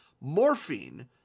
Morphine